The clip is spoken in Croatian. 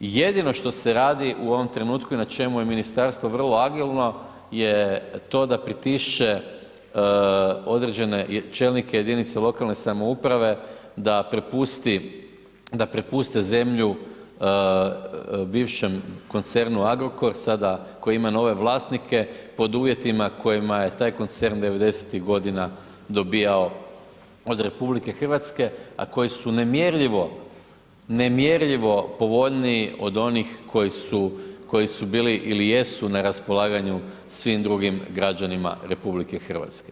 Jedino što se radi u ovom trenutku je na čemu je ministarstvo vrlo agilno je to da pritišće određene čelnike jedinice lokalne samouprave da propusti, da prepuste zemlju bivšem koncernu Agrokor, sada koji ima nove vlasnike pod uvjetima kojima je taj koncern 90.-tih godina dobijao od RH, a koji su nemjerljivo, nemjerljivo povoljniji od onih koji su bili ili jesu na raspolaganju svim drugim građanima RH.